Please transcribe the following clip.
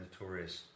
notorious